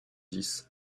dix